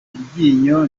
iryinyo